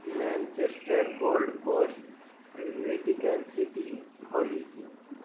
Manchester Gold Coast Vatican City ہولیسیا